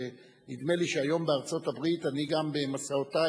נדמה לי שהיום בארצות-הברית אני גם במסעותי,